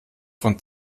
von